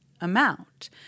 amount